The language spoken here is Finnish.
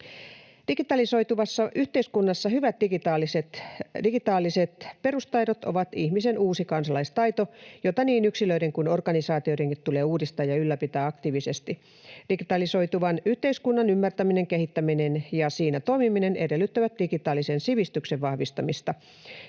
Digitalisoituvassa yhteiskunnassa hyvät digitaaliset perustaidot ovat ihmisen uusi kansalaistaito, jota niin yksilöiden kuin organisaatioidenkin tulee uudistaa ja ylläpitää aktiivisesti. Digitalisoituvan yhteiskunnan ymmärtäminen, kehittäminen ja siinä toimiminen edellyttävät digitaalisen sivistyksen vahvistamista.